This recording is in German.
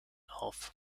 auf